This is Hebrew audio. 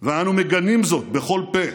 ואנו מגנים זאת בכל פה.